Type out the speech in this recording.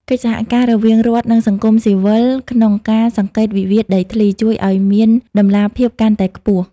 កិច្ចសហការរវាងរដ្ឋ និងសង្គមស៊ីវិលក្នុងការអង្កេតវិវាទដីធ្លី ជួយឱ្យមានតម្លាភាពកាន់តែខ្ពស់។